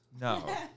No